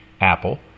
Apple